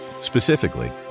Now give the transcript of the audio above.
Specifically